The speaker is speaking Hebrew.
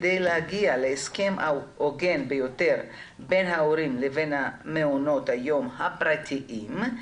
וכדי להגיע להסכם ההוגן ביותר בין ההורים לבין מעונות היום הפרטיים,